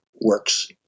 works